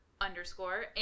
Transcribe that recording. underscore